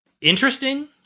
interesting